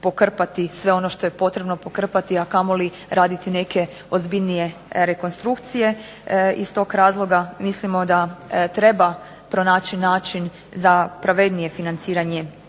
sve ono što je potrebno pokrpati, a kamoli raditi neke ozbiljnije rekonstrukcije. Iz tog razloga mislimo da treba pronaći način za pravednije financiranje